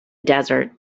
desert